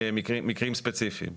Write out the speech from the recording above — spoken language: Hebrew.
מקרים ספציפיים.